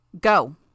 Go